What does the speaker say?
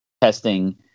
testing